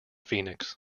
phoenix